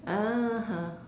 (uh huh)